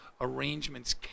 arrangements